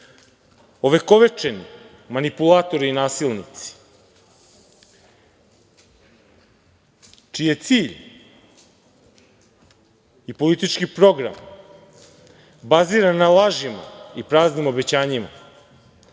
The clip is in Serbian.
ovekovečeni manipulatori i nasilnici čiji je cilj i politički program baziran na lažima i praznim obećanjima,